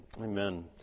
amen